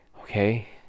okay